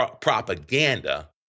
propaganda